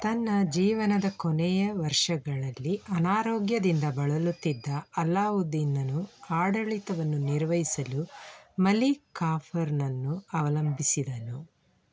ತನ್ನ ಜೀವನದ ಕೊನೆಯ ವರ್ಷಗಳಲ್ಲಿಅನಾರೋಗ್ಯದಿಂದ ಬಳಲುತ್ತಿದ್ದ ಅಲ್ಲಾವುದ್ದೀನನು ಆಡಳಿತವನ್ನು ನಿರ್ವಹಿಸಲು ಮಲಿಕ್ ಕಾಫರ್ನನ್ನು ಅವಲಂಬಿಸಿದನು